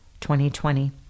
2020